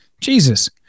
Jesus